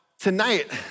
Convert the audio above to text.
Tonight